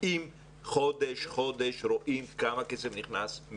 אם בכל חודש רואים כמה כסף נכנס.